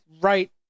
right